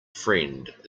friend